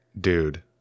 dude